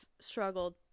struggled